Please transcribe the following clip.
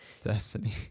Destiny